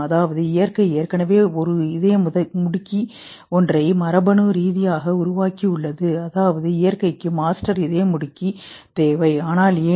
அதாவது இயற்கை ஏற்கனவே ஒருஇதயமுடுக்கி ஒன்றை மரபணு ரீதியாக உருவாக்கியுள்ளது அதாவது இயற்கைக்கு மாஸ்டர் இதயமுடுக்கி தேவை ஆனால் ஏன்